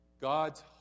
God's